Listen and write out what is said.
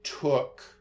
took